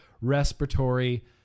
respiratory